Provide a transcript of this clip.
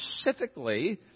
specifically